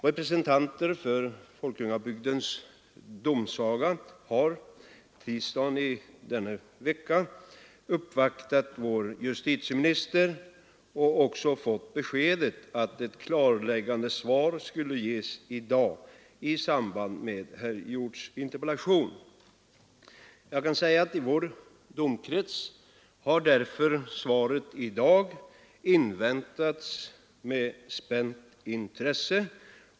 Representanter för Folkungabygdens domsaga uppvaktade på tisdagen i denna vecka vår justitieminister och fick då beskedet att ett klarläggande svar skulle ges i dag i samband med svaret på herr Hjorths interpellation. I vår domkrets har därför svaret i dag inväntats med spänt intresse.